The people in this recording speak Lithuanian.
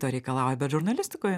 to reikalauja bet žurnalistikoje